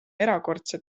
erakordse